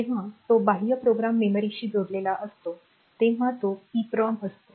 जेव्हा तो बाह्य प्रोग्राम मेमरीशी जोडलेला असतो तेव्हा तो EPROM असतो